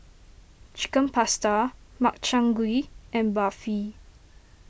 Chicken Pasta Makchang Gui and Barfi